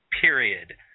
period